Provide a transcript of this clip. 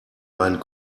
einen